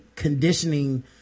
conditioning